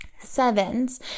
sevens